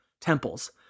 Temples